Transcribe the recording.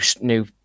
new